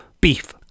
beef